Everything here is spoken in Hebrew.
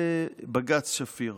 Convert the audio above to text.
לבג"ץ שפיר.